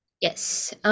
Yes